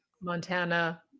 Montana